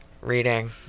reading